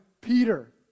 Peter